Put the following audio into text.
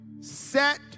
set